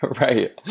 Right